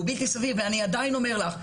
אני עדיין אומר לך,